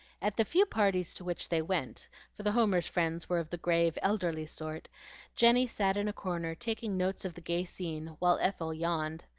at the few parties to which they went for the homers' friends were of the grave, elderly sort jenny sat in a corner taking notes of the gay scene, while ethel yawned.